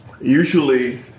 usually